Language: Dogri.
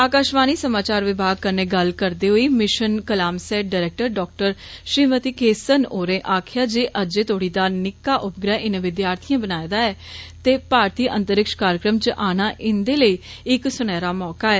आकाषवाणी समाचार विभाग कन्ने गल्लबात करदे होई mission Kalamsat director doctor Srimathy Kesan होरें आक्खेआ जे अज्जे तोड़ी दा निका उपग्रह इनें विद्यार्थीयें बनाया ऐ ते भारतीय अंतरिक्ष कार्जक्रम च आना इनदे लईे इक सुनहरा मौका ऐ